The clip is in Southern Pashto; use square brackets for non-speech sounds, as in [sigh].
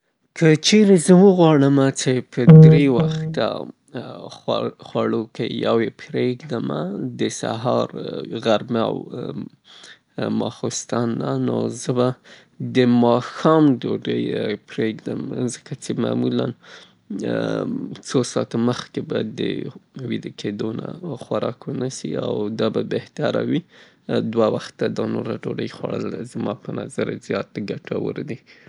زما په نظر کې چیرې ماته انتخاب راکړل سي په دری وخته ډوډی کې د سهار، غرمې یا ماښام یو یې پریږدم. نو زه به د ماښام ډوډی پریږدم، ځکه څې د سهار ډوډی خوراک مهمه ده او صحي ګټې زیاتې لري د ورځني کار د پاره او غرمه هم همداراز. ولې د ماښام ډوډی چون وروسته دری ساعته [unintelligible] باید ډوډي ونه خوړل سي دا بهتره راځي.